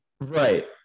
Right